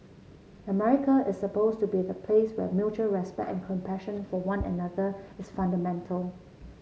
America is supposed to be the place where mutual respect and compassion for one another is fundamental